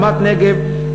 רמת-נגב,